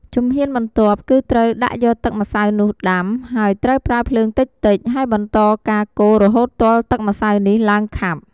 ជំហានបន្ទាប់ គឺត្រូវដាក់យកទឹកម្សៅនោះដាំ ហើយត្រូវប្រើភ្លើងតិចៗ ហើយបន្តការកូររហូតទាល់ទឹកម្សៅនេះឡើងខាប់។